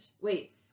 Wait